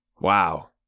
Wow